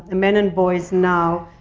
and men and boys now,